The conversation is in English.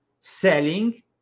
selling